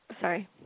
sorry